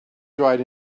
dried